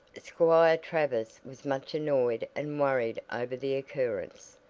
squire travers was much annoyed and worried over the occurrence.